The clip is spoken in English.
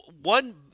one